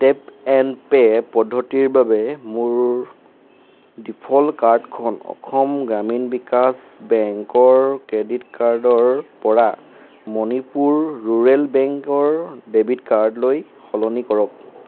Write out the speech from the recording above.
tap and pay পদ্ধতিৰ বাবে মোৰ ডিফ'ল্ট কাৰ্ডখন অসম গ্ৰামীণ বিকাশ বেংকৰ ক্ৰেডিট কাৰ্ডৰ পৰা মণিপুৰ ৰুৰেল বেংকৰ ডেবিট কাৰ্ডলৈ সলনি কৰক